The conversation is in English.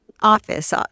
Office